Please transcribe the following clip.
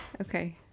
Okay